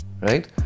right